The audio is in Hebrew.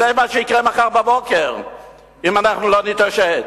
זה מה שיקרה מחר בבוקר אם אנחנו לא נתעשת.